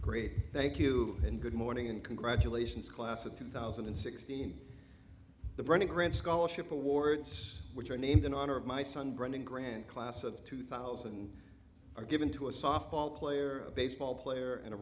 great thank you and good morning and congratulations class of two thousand and sixteen the bernie grant scholarship awards which are named in honor of my son brandon grant class of two thousand and are given to a softball player baseball player and a